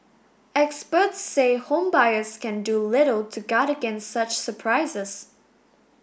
experts say home buyers can do little to guard against such surprises